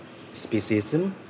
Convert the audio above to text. Speciesism